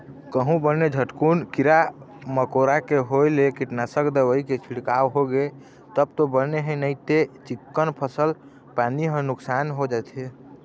कहूँ बने झटकुन कीरा मकोरा के होय ले कीटनासक दवई के छिड़काव होगे तब तो बने हे नइते चिक्कन फसल पानी ह नुकसान हो जाथे